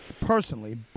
personally